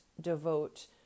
devote